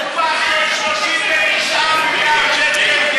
יש 39 מיליארד שקל גירעון,